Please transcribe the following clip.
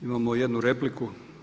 Imamo jednu repliku.